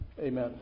Amen